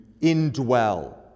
indwell